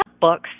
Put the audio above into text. books